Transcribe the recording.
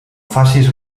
facis